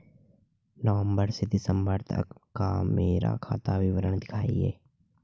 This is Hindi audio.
नवंबर से दिसंबर तक का मेरा खाता विवरण दिखाएं?